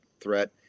threat